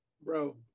bro